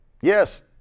Yes